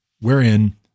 wherein